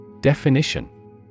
Definition